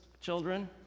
children